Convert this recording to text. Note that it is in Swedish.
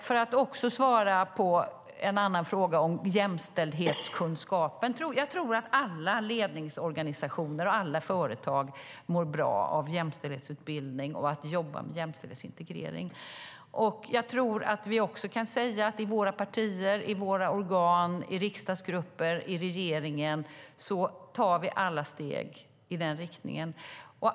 För att även svara på frågan om jämställdhetskunskapen tror jag att alla ledningsorganisationer och alla företag mår bra av jämställdhetsutbildning och av att jobba med jämställdhetsintegrering. Jag tror också att vi kan säga att vi såväl i våra partier, organ och riksdagsgrupper som i regeringen tar alla steg i den riktningen.